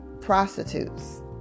prostitutes